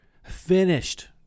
Finished